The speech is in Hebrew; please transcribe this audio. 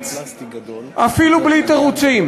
אפילו בלי תירוצים.